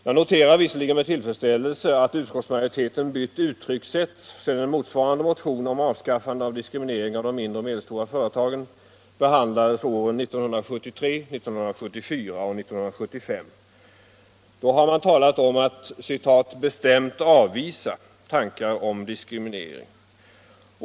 Jag noterar med tillfredsställelse att utskottsmajoriteten har bytt ut tryckssätt sedan en motsvarande motion om avskaffande av diskrimineringen av de mindre och medelstora företagen behandlades åren 1973, 1974 och 1975. Då talade man om att ”bestämt avvisa” tankar om diskriminering.